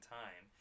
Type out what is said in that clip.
time